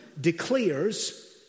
declares